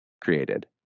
created